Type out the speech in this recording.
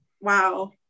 wow